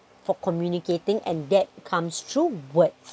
for communicating and that comes through words